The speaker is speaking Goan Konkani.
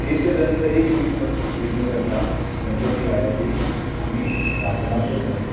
एकदंत एक विग्न विग्न कर्ता गणपती रायाची आमी प्राथना करतात